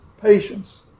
patience